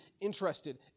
interested